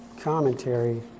commentary